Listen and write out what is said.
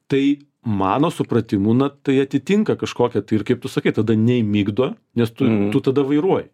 tai mano supratimu na tai atitinka kažkokią tai ir kaip tu sakai tada nei migdo nes tu tu tada vairuoji